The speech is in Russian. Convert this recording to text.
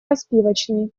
распивочной